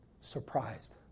surprised